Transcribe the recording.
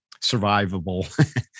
survivable